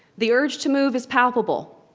the urge to move is palpable.